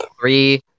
three